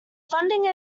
funding